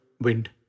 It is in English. wind